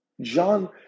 John